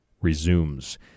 resumes